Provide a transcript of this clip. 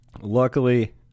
Luckily